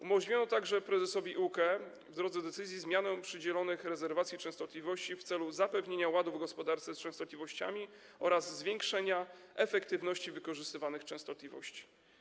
Umożliwiono także prezesowi UKE, w drodze decyzji, zmianę przydzielonych rezerwacji częstotliwości w celu zapewnienia ładu w gospodarce częstotliwościami oraz zwiększenia efektywności wykorzystywanych częstotliwości.